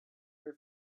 her